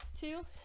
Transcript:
Two